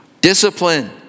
Discipline